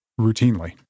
routinely